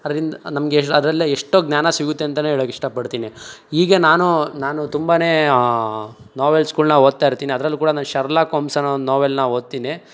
ಅದ್ರಿಂದ ನಮಗೆ ಶ್ ಅದರಲ್ಲೇ ಎಷ್ಟೋ ಜ್ಞಾನ ಸಿಗುತ್ತೆ ಅಂತಲೇ ಹೇಳೋಕೆ ಇಷ್ಟಪಡ್ತೀನಿ ಈಗೆ ನಾನು ನಾನು ತುಂಬನೇ ನೋವೆಲ್ಸ್ಗಳನ್ನ ಓದ್ತಾಯಿರ್ತೀನಿ ಅದ್ರಲ್ಲೂ ಕೂಡ ನಾನು ಶರ್ಲಾಕ್ ಓಮ್ಸ್ ಅನ್ನೋ ಒಂದು ನೋವೆಲ್ನ ಓದ್ತೀನಿ